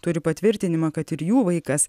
turi patvirtinimą kad ir jų vaikas